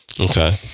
Okay